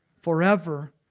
Forever